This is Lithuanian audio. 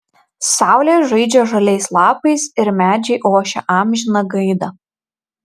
saulė žaidžia žaliais lapais ir medžiai ošia amžiną gaidą